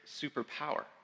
superpower